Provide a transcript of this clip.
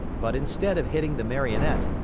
but instead of hitting the marionette,